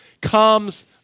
comes